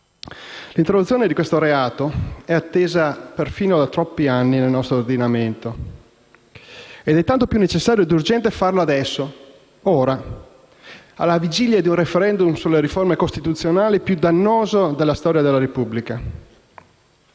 L'introduzione di questo reato è attesa persino da troppi anni nel nostro ordinamento, ed è tanto più necessario e urgente farlo adesso, ora, alla vigilia del *referendum* sulle riforme costituzionali più dannoso della storia della Repubblica.